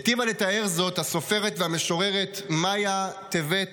היטיבה לתאר זאת הסופרת והמשוררת מיה טבת דיין.